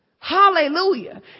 Hallelujah